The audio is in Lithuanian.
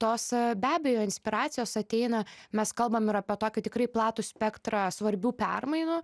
tos be abejo inspiracijos ateina mes kalbam apie tokį tikrai platų spektrą svarbių permainų